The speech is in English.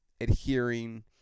adhering